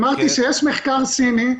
אמרתי שיש מחקר סיני,